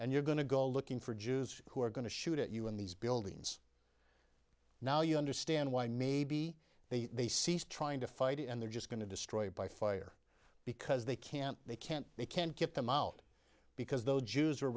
and you're going to go looking for jews who are going to shoot at you in these buildings now you understand why maybe they they ceased trying to fight and they're just going to destroy by fire because they can't they can't they can't get them out because those jews are